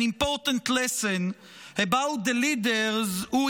important lesson about the leaders who,